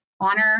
honor